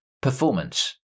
performance